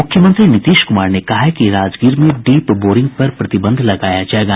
मुख्यमंत्री नीतीश कुमार ने कहा है कि राजगीर में डीप बोरिंग पर प्रतिबंध लगाया जायेगा